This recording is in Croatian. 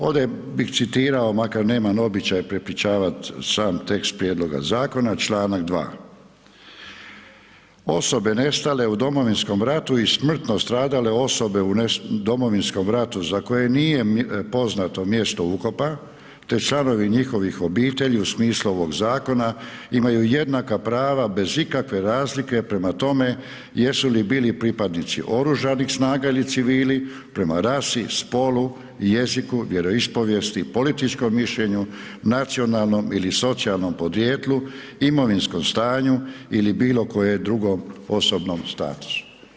Ovdje bih citirao, makar nemam običaj prepričavati sam tekst prijedloga zakona, čl. 2. osobe nestale u Domovinskom ratu i smrtno stradale osobe u Domovinskom ratu, za koje nije poznato mjesto ukopa, te članovi njihovih obitelji u smislu ovog zakona, imaju jednaka prava, bez ikakve razlike prema tome, jesu li bili pripadnici oružanih snaga ili civili, prema rasi, spolu, jeziku, vjeroispovijesti, političkom mišljenju, nacionalnom ili socijalnom podrijetlu, imovinskom stanju ili bilo kojem drugom osobnom statusu.